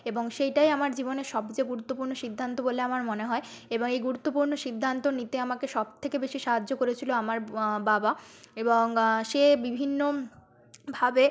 এবং সেইটাই আমার জীবনের সবচেয়ে গুরুত্বপূর্ণ সিদ্ধান্ত বলে আমার মনে হয় এবং এই গুরুত্বপূর্ণ সিদ্ধান্ত নিতে আমাকে সবথেকে বেশি সাহায্য করেছিল আমার বাবা এবং সে বিভিন্নভাবে